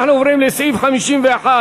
אנחנו עוברים לסעיף 51(1)